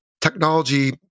technology